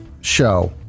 show